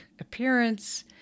appearance